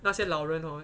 那些老人 hor